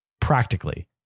Practically